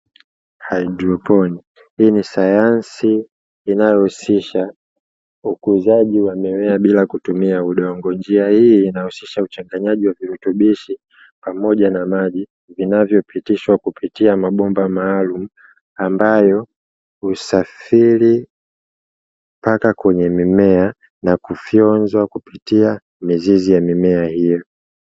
Haidroponi hii ni sayansi inayohusisha ukuzaji wa mimea bila kutumia udongo. Njia hii inahusisha uchanganyaji wa virutubishi pamoja na maji. Vinavopitishwa kupitia mabomba maalumu, ambayo husafiri mpaka kwenye mimea, na kufyonzwa kupitia mizizi ya mimea hiyo.